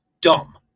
dumb